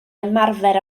ymarfer